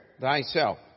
thyself